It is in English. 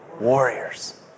Warriors